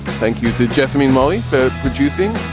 thank you to jessamy molly for producing.